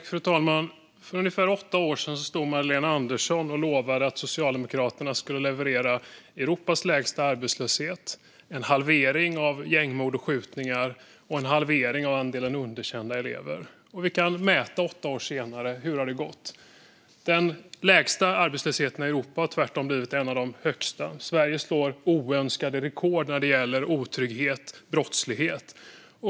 Fru talman! För ungefär åtta år sedan stod Magdalena Andersson och lovade att Socialdemokraterna skulle leverera Europas lägsta arbetslöshet, en halvering av gängmord och skjutningar och en halvering av andelen underkända elever. Åtta år senare kan vi mäta hur det har gått. Den lägsta arbetslösheten i Europa har tvärtom blivit en av de högsta. Sverige sätter oönskade rekord när det gäller otrygghet och brottslighet.